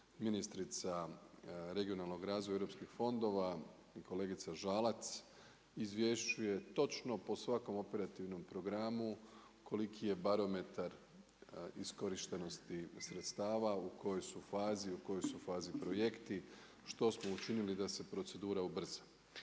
ministrica regionalnog razvoja europskih fondova kolegica Žalac izvješćuje točno po svakom operativnom programu koliki je barometar iskorištenosti sredstava, u kojoj su fazi, u kojoj su fazi projekti, što smo učinili da se procedura ubrza.